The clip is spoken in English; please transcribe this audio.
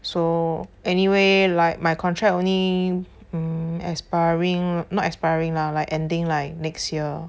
so anyway like my contract only mm expiring not expiring lah like ending like next year